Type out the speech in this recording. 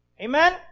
Amen